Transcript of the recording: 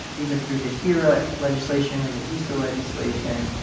either through the hera legislation or the issa legislation,